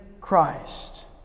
Christ